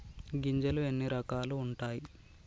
గింజలు ఎన్ని రకాలు ఉంటాయి?